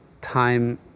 time